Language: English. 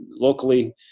locally